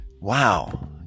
wow